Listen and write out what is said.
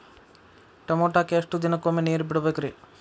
ಟಮೋಟಾಕ ಎಷ್ಟು ದಿನಕ್ಕೊಮ್ಮೆ ನೇರ ಬಿಡಬೇಕ್ರೇ?